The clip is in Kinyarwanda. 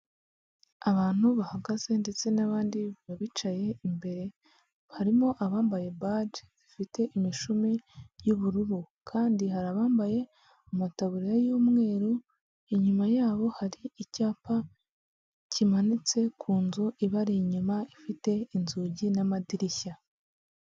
Abantu bahagaze ndetse n'abandi ba bicaye imbere, harimo abambaye baji zifite imishumi y'ubururu, kandi hari abambaye amataburiya y'umweru, inyuma yabo hari icyapa kimanitse ku nzu ibari inyuma ifite inzugi n'amadirishya.